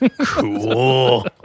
Cool